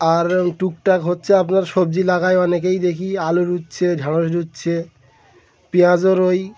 আর টুকটাক হচ্ছে আপনার সবজি লাগাই অনেকেই দেখি আলু হচ্ছে ঢ্যাঁড়স হচ্ছে পেঁয়াজের ওই